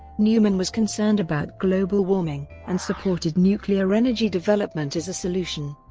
newman was concerned about global warming and supported nuclear energy development as a solution.